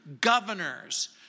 governors